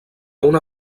una